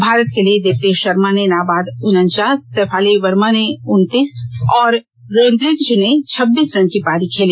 भारत के लिए दीप्ति शर्मा ने नाबाद उनचास सैफाली वर्मा ने उनतीस और रोद्रिग्ज ने छब्बीस रन की पारी खेली